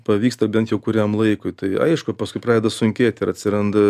pavyksta bent jau kuriam laikui tai aišku paskui pradeda sunkėt ir atsiranda